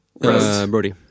Brody